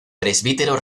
presbítero